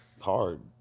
hard